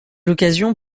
l’occasion